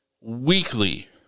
weekly